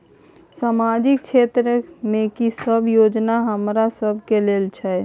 सामाजिक क्षेत्र में की सब योजना हमरा सब के लेल छै?